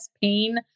pain